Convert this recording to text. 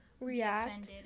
react